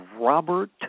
Robert